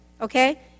okay